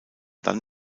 dann